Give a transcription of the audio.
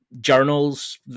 Journals